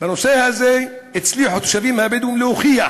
בנושא הזה הצליחו התושבים הבדואים להוכיח